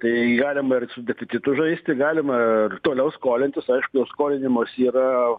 tai galima ir su deficitu žaisti galima ir toliau skolintis aiški jau skolinimosi yra